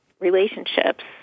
relationships